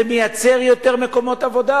זה מייצר יותר מקומות עבודה.